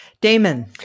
Damon